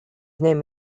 name